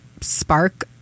spark